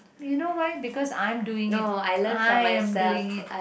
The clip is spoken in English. you know why because I'm doing it I am doing it